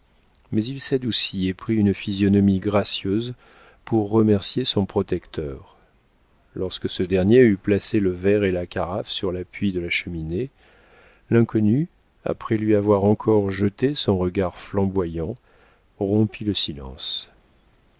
mais il s'adoucit et prit une physionomie gracieuse pour remercier son protecteur lorsque ce dernier eut placé le verre et la carafe sur l'appui de la cheminée l'inconnu après lui avoir encore jeté son regard flamboyant rompit le silence